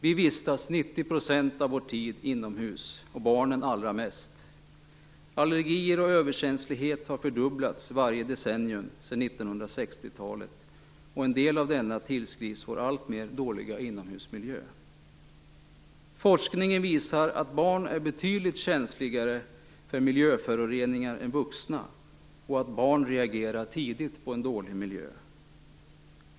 Vi vistas 90 % av vår tid inomhus, och barnen allra mest. Allergier och överkänslighet har fördubblats varje decennium sedan 1960-talet. En del av denna ökning tillskrivs vår alltmer dåliga inomhusmiljö. Forskningen visar att barn är betydligt känsligare för miljöföroreningar än vuxna och att barn reagerar tidigt på en dålig miljö.